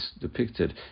depicted